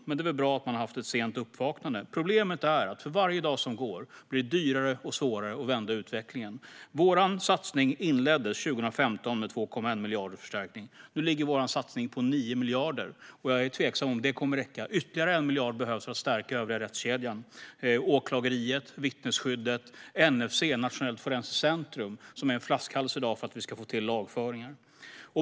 Men bättre ett sent uppvaknade än inget alls. Problemet är bara att för varje dag som går blir det dyrare och svårare att vända utvecklingen. Vår satsning inleddes 2015 med 2,1 miljarder i förstärkning. Nu ligger vår satsning på 9 miljarder, och jag är tveksam till om det kommer att räcka. Ytterligare 1 miljard behövs för att stärka den övriga rättskedjan: åklageriet, vittnesskyddet och NFC, Nationellt forensiskt centrum, som i dag är en flaskhals.